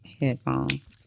headphones